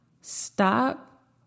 Stop